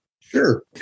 Sure